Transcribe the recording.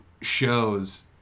shows